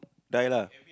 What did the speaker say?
die lah